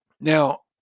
Now